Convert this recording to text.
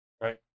right